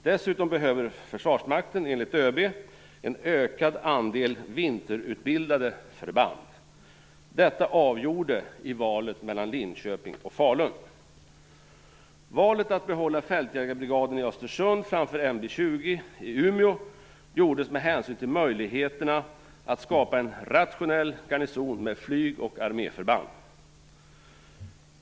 Dessutom behöver Försvarsmakten, enligt ÖB, en ökad andel vinterutbildade förband. Detta avgjorde i valet mellan Linköping och Falun. Valet att behålla Fältjägarbrigaden i Östersund framför NB 20 i Umeå gjordes med hänsyn till möjligheterna att skapa en rationell garnison med flyg och arméförband.